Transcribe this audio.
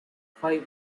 five